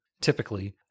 typically